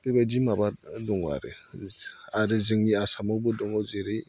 बेबायदि माबा दङ आरो आरो जोंनि आसामावबो दङ जेरै